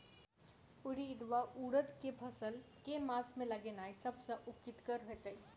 उड़ीद वा उड़द केँ फसल केँ मास मे लगेनाय सब सऽ उकीतगर हेतै?